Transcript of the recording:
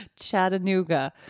Chattanooga